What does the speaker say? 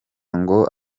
ngo